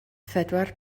phedwar